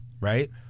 right